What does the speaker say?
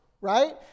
right